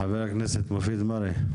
חבר הכנסת מופיד מרעי.